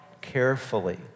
Carefully